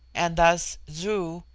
and thus zu,